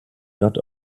not